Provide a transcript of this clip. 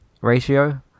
ratio